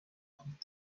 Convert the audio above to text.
کنید